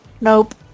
Nope